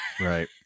right